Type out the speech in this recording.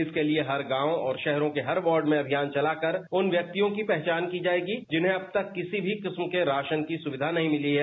इसके लिए हर गांव और शहरों के हर वॉर्ड में अभियान चला कर उन व्यक्तियों की पहचान की जाएगी जिन्हें अब तक किसी भी किस्म के राशन की सविधा नहीं मिली है